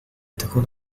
تكون